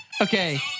Okay